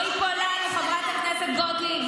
זה לא ייפול לנו, חברת הכנסת גוטליב.